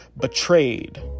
betrayed